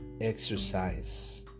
exercise